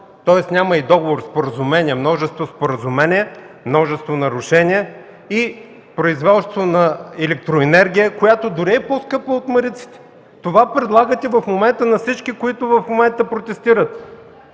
множество споразумения, множество нарушения и производство на електроенергия, която дори е по-скъпа от „Мариците”. Това предлагате в момента на всички, които протестират.